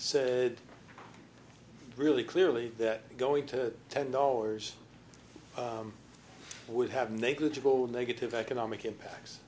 said really clearly that going to ten dollars would have negligible negative economic impacts